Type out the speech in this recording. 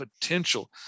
potential